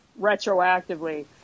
retroactively